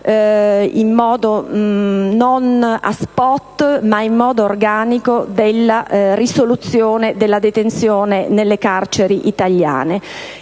occupino, non a *spot*, ma in modo organico, della risoluzione della detenzione nelle carceri italiane.